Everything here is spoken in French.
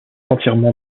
entièrement